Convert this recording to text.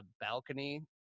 balcony